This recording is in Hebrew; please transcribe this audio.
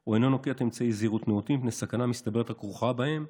או אינו נוקט אמצעי זהירות נאותים מפני סכנה מסתברת הכרוכה בהם".